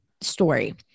story